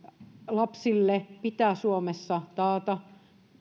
lapsille pitää suomessa taata